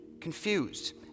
confused